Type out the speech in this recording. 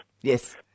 Yes